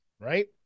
Right